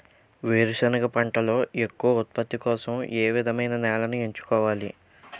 వేరుసెనగ పంటలో ఎక్కువ ఉత్పత్తి కోసం ఏ విధమైన నేలను ఎంచుకోవాలి?